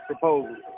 proposals